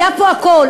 היה פה הכול,